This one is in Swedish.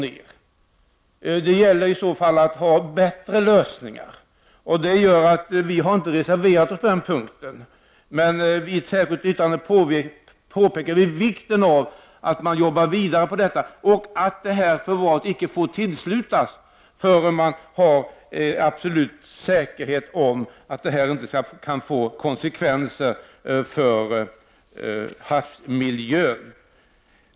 Det gäller i så fall att ha bättre lösningar. Vi har därför inte reserverat oss på den punkten. I ett särskilt yttrande påpekar vi emellertid vikten av att man arbetar vidare på detta och av att förvaret icke får tillslutas innan man har absolut säkerhet om att det inte kan få konsekvenser för havsmiljön.